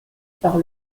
par